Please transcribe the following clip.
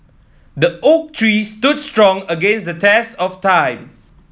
the oak tree stood strong against the test of time